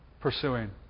pursuing